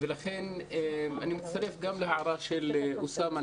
אני מצטרף להערה של אוסאמה.